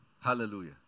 Hallelujah